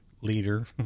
leader